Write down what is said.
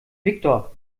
viktor